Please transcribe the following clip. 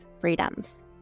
freedoms